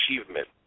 achievement